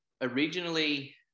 originally